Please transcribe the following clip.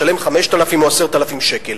משלם 5,000 או 10,000 שקל.